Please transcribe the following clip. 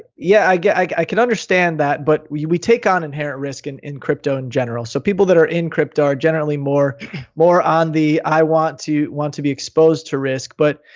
yeah yeah, i can understand that, but we we take on inherent risk and in crypto in general, so people that are in crypto are generally more more on the i want to want to be exposed to risk. but